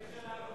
(חבר הכנסת טלב אלסאנע יוצא מאולם המליאה.) תצא להתקשר לאבו